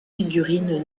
figurines